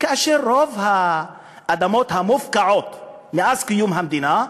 כאשר רוב האדמות המופקעות מאז קום המדינה,